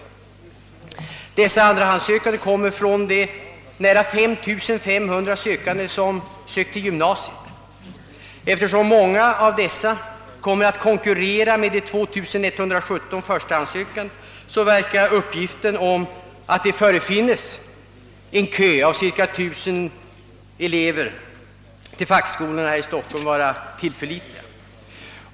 Dessa andrahandssökande kommer från de nära 5 500 sökande till gymnasiet. Eftersom många av dem kommer att konkurrera med de 2117 förstahandssökande verkar uppgiften att det finns en kö av cirka 1000 elever till fackskolorna här i Stockholm vara tillförlitlig.